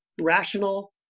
rational